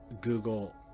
Google